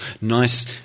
nice